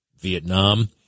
Vietnam